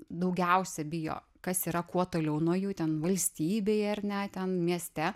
daugiausia bijo kas yra kuo toliau nuo jų ten valstybėje ar ne ten mieste